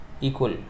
equal